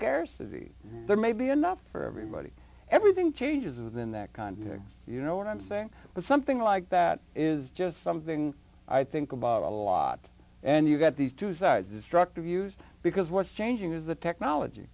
scarcity there may be enough for everybody everything changes within that context you know what i'm saying but something like that is just something i think about a lot and you've got these two sides destructive use because what's changing is the technology